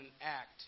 act